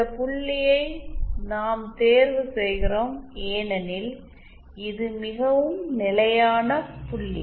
இந்த புள்ளியை நாம் தேர்வு செய்கிறோம் ஏனெனில் இது மிகவும் நிலையான புள்ளி